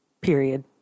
Period